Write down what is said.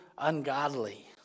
ungodly